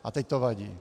A teď to vadí.